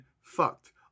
fucked